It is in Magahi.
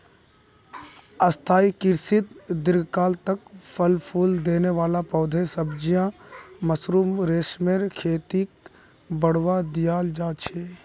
स्थाई कृषित दीर्घकाल तक फल फूल देने वाला पौधे, सब्जियां, मशरूम, रेशमेर खेतीक बढ़ावा दियाल जा छे